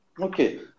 Okay